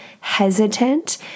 hesitant